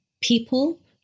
people